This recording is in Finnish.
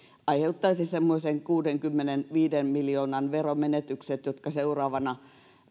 aiheuttaisi semmoisen kuudenkymmenenviiden miljoonan veromenetykset jotka seuraavana